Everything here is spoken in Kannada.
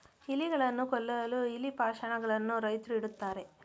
ಇಲಿಗಳನ್ನು ಕೊಲ್ಲಲು ಇಲಿ ಪಾಷಾಣ ಗಳನ್ನು ರೈತ್ರು ಇಡುತ್ತಾರೆ